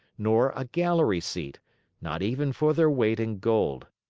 nor a gallery seat not even for their weight in gold.